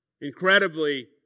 Incredibly